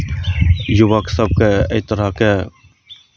युवक सभकेँ एहि तरहके